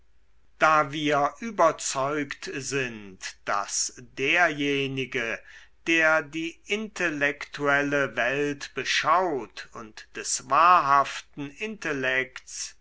da wir überzeugt sind daß derjenige der die intellektuelle welt beschaut und des wahrhaften intellekts